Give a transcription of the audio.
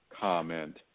comment